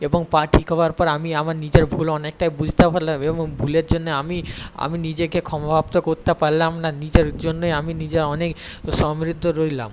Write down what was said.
এবং পা ঠিক হওয়ার পর আমি আমার নিজের ভুল অনেকটাই বুঝতে পারলাম এবং ভুলের জন্য আমি আমি নিজেকে ক্ষমাপ্রাপ্ত করতে পারলাম না নিজের জন্যই আমি নিজে অনেক সমৃদ্ধ রইলাম